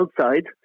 outside